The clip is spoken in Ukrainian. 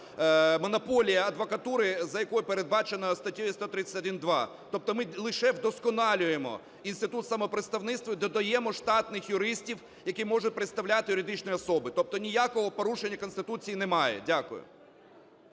монополії адвокатури, за якою передбачено статтею 131-2. Тобто ми лише вдосконалюємо інститут самопредставництва і додаємо штатних юристів, які можуть представляти юридичні особи. Тобто ніякого порушення Конституції немає. Дякую.